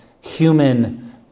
human